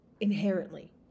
inherently